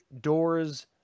Doors